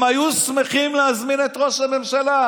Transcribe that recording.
הם היו שמחים להזמין את ראש הממשלה.